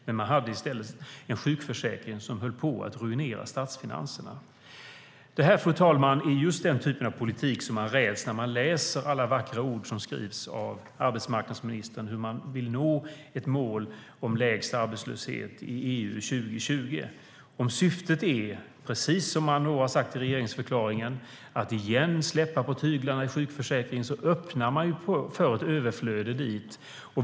I stället hade man en sjukförsäkring som höll på att ruinera statsfinanserna. Fru talman! Det här är just den typ av politik som man räds när man läser alla vackra ord som skrivs av arbetsmarknadsministern om hur de vill nå målet om lägst arbetslöshet i EU 2020. Om syftet är att åter släppa på tyglarna i sjukförsäkringen, som det sas i regeringsförklaringen, öppnas det för ett överflöde dit.